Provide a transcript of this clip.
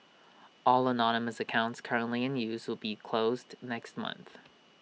all anonymous accounts currently in use will be closed next month